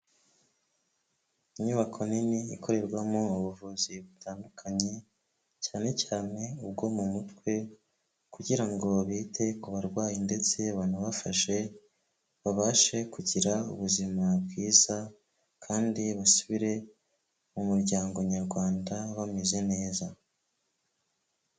Inyubako nini ikorerwamo ubuvuzi butandukanye, cyane cyane ubwo mu mutwe, kugira ngote ku barwayi ndetse banabafashe, babashe kugira ubuzima bwiza, kandi basubire mu muryango nyarwanda bameze neza.